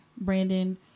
brandon